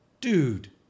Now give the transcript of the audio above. dude